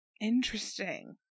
Interesting